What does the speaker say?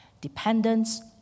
dependence